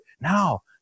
now